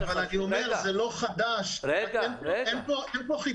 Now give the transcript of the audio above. אבל אני אומר שזה לא נושא חדש, אין פה חיפזון.